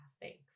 Thanks